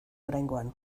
oraingoan